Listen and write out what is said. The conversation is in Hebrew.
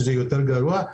שזה יותר גרוע,